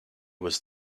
was